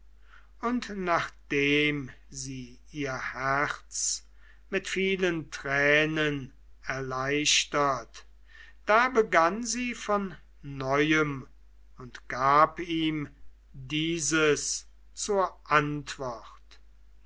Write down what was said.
und nachdem sie ihr herz mit vielen tränen erleichtert da begann sie von neuem und gab ihm dieses zur antwort